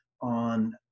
on